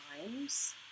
times